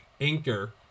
anchor